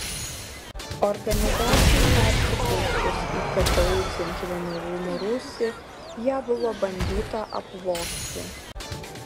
organizacijai persikrausčius į ktu centrinių rūmų rūsį ją buvo bandyta apvogti